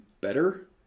better